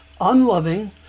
unloving